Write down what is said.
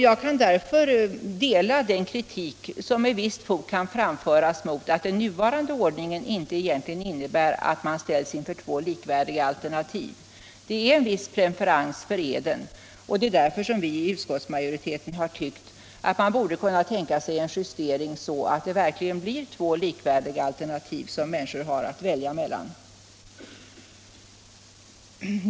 Jag kan därför dela den kritik som med visst fog kan framföras mot att den nuvarande ordningen egentligen inte innebär att man ställs inför två likvärdiga alternativ. Det är en viss preferens för eden, och därför har vi i utskottsmajoriteten tyckt att man borde kunna tänka sig en justering så att det verkligen blir två likvärdiga alternativ, som människor har att välja mellan.